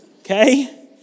Okay